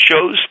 shows